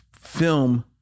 film